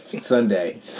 Sunday